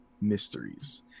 mysteries